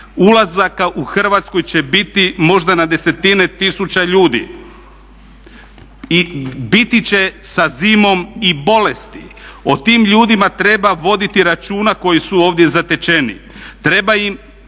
ulazaka u Hrvatsku će biti možda na desetine tisuća ljudi i biti će sa zimom i bolesti. O tim ljudima treba voditi računa koji su ovdje zatečeni, treba im